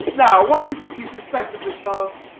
now what is it you suspect of this fellow?